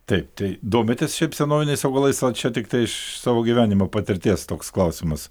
taip tai domitės senoviniais augalais ar čia tiktai iš savo gyvenimo patirties toks klausimas